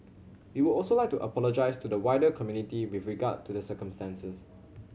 we would also like to apologise to the wider community with regard to the circumstances